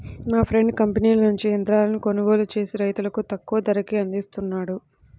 మా ఫ్రెండు కంపెనీల నుంచి యంత్రాలను కొనుగోలు చేసి రైతులకు తక్కువ ధరకే అందిస్తున్నాడు